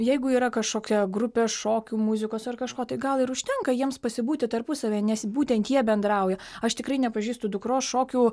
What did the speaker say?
jeigu yra kažkokia grupė šokių muzikos ar kažko tai gal ir užtenka jiems pasibūti tarpusavyje nes būtent jie bendrauja aš tikrai nepažįstu dukros šokių